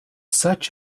such